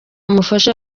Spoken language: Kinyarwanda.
umufasha